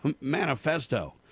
manifesto